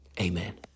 Amen